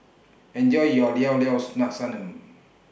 Enjoy your Llao Llao Sanum